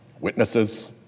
witnesses